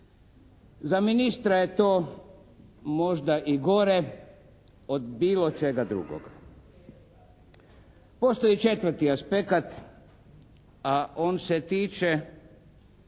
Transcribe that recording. Za ministra je to možda i gore od bilo čega drugog. Postoji četvrti aspekat, a on se tiče